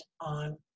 on